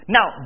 Now